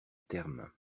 terme